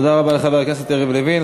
תודה רבה לחבר הכנסת יריב לוין.